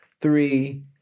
three